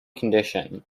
condition